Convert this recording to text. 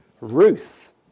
Ruth